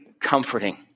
comforting